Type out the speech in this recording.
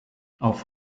auf